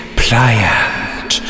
pliant